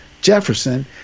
Jefferson